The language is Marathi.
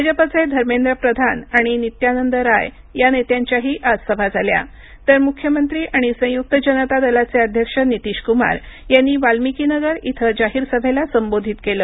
भाजपचे धर्मेंद्र प्रधान आणि नित्यानंद राय या नेत्यांच्याही आज सभा झाल्या तर मुख्यमंत्री आणि संयुक्त जनता दलाचे अध्यक्ष नीतीशकुमार यांनी वाल्मिकीनगर इथं जाहीर सभेला संबोधित केलं